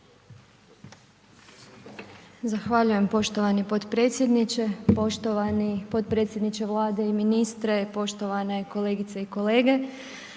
Zahvaljujem poštovani potpredsjedniče, poštovani potpredsjedniče Vlade i ministre, poštovane kolegice i kolege.